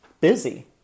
busy